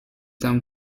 them